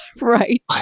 Right